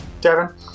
Devin